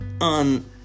on